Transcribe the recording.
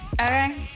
Okay